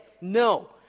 No